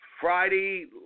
Friday